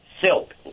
Silk